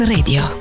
Radio